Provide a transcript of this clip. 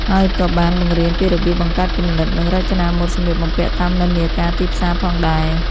ហើយក៏បាន បង្រៀនពីរបៀបបង្កើតគំនិត និងរចនាម៉ូដសម្លៀកបំពាក់តាមនិន្នាការទីផ្សារផងដែរ។